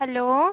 hello